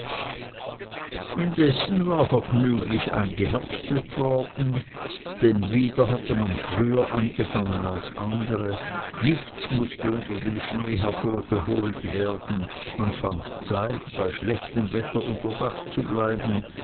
indessen war vergnüglich eingeherbstet worden denn wieder hatte man früher angefangen als andere nichts mußte unter dem schnee hervorgeholt werden man fand zeit bei schlechtem wetter unter dach zu bleiben